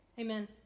Amen